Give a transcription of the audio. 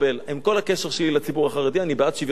עם כל הקשר שלי לציבור החרדי אני בעד שוויון בנטל.